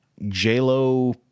JLo